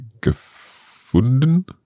gefunden